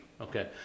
okay